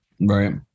Right